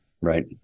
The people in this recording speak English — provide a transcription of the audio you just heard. right